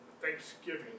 Thanksgiving